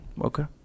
Okay